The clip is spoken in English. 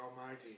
Almighty